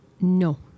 No